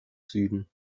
süden